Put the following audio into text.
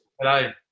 Hello